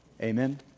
Amen